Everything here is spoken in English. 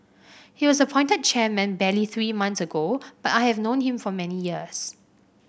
he was appointed chairman barely three months ago but I have known him for many years